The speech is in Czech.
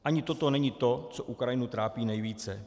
Ani toto není to, co Ukrajinu trápí nejvíce.